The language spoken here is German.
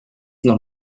noch